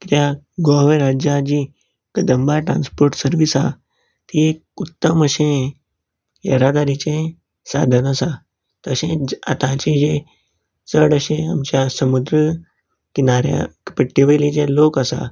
कित्याक गोव्या राज्या जी कदंबा ट्रानस्पोट सर्वीस आहा तीं एक उत्तम अशें येरादारीचें सादन आसा तशेंच आताची जी चड अशें आमच्या समुद्र किनाऱ्या पट्टे वयले जे लोक आसा